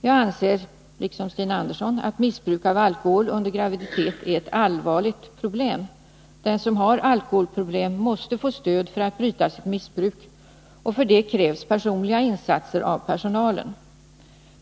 Jag anser liksom Stina Andersson att missbruk av alkohol under graviditet är ett allvarligt problem. Den som har alkoholproblem måste få stöd för att bryta sitt missbruk, och för detta krävs personliga insatser av personalen.